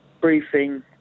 briefing